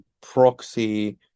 proxy